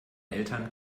eltern